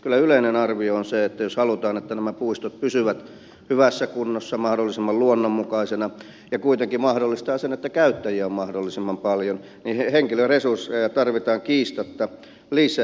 kyllä yleinen arvio on se että jos halutaan että nämä puistot pysyvät hyvässä kunnossa mahdollisimman luonnonmukaisina ja kuitenkin mahdollistavat sen että käyttäjiä on mahdollisimman paljon niin henkilöresursseja tarvitaan kiistatta lisää